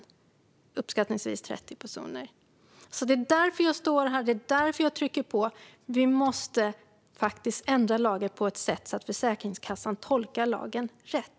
Det är uppskattningsvis 30 personer. Det är därför jag står här, och det är därför jag trycker på. Vi måste ändra lagen på ett sätt som gör att Försäkringskassan tolkar den rätt.